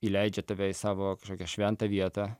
įleidžia tave į savo kažkokią šventą vietą